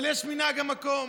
אבל יש מנהג המקום,